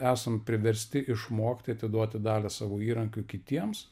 esam priversti išmokti atiduoti dalį savo įrankių kitiems